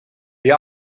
this